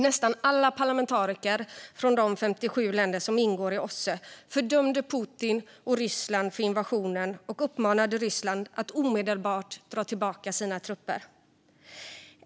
Nästan alla parlamentariker från de 57 länder som ingår i OSSE fördömde Putin och Ryssland för invasionen och uppmanade Ryssland att omedelbart dra tillbaka sina trupper.